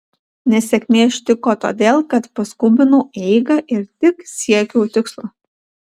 nesėkmė ištiko todėl kad paskubinau eigą ir tik siekiau tikslo